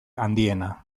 handiena